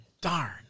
darn